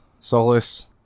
Solace